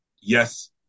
yes